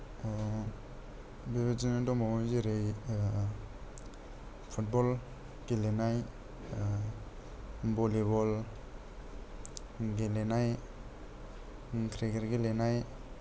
बेबादिनो दंबावो जेरै फुतबल गेलेनाय भलिबल गेलेनाय क्रिकेट गेलेनाय